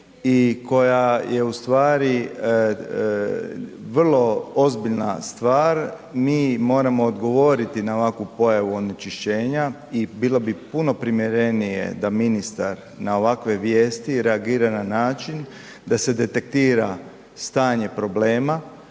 koja je u stvari vrlo ozbiljna stvar, mi moramo odgovoriti na ovakvu pojavu onečišćenja i bilo bi puno primjerenije da ministar na ovakve vijesti reagira na način da se detektira stanje problema,